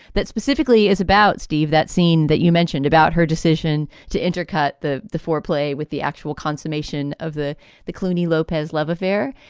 that specifically is about, steve, that scene that you mentioned about her decision to intercut the the foreplay with the actual consummation of the the clooney lopez love affair.